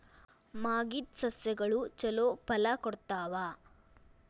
ಮಾಗಿದ್ ಸಸ್ಯಗಳು ಛಲೋ ಫಲ ಕೊಡ್ತಾವಾ?